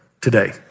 today